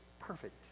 perfect